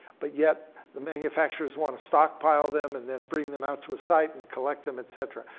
but yet the manufacturers want to stockpile them, and then bring them out to a site and collect them, et cetera.